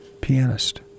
pianist